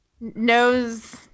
knows